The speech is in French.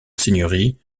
seigneurie